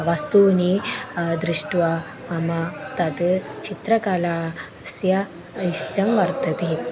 वस्तूनि दृष्ट्वा मम तत् चित्रकला अस्य इष्टं वर्तते